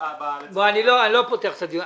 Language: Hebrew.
בארץ -- אני לא פותח את הדיון.